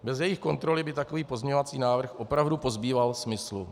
Bez jejich kontroly by takový pozměňovací návrh opravdu pozbýval smysl.